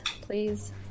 please